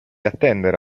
attendere